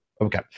Okay